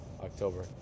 October